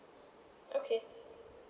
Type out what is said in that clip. okay